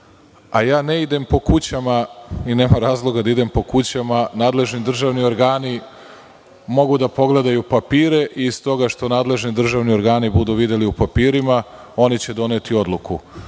ja ne idem po kućama i nema razloga da idem po kućama, jer nadležni državni organi mogu da pogledaju papire i iz toga što nadležni državni organi budu videli u papirima, oni će doneti odluku.